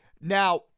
Now